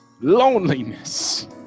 loneliness